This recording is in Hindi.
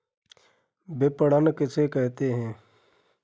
विपणन किसे कहते हैं?